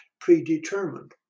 predetermined